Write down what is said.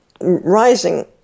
rising